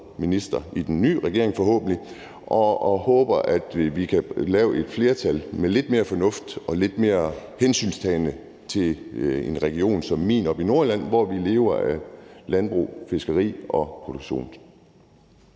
i den nye regering, og vi håber, at vi kan skabe et flertal med lidt mere fornuft og lidt mere hensyntagen til en region som min oppe i Nordjylland, hvor vi lever af landbrug, fiskeri og produktion.